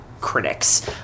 critics